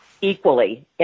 equally